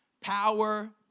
power